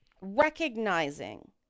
recognizing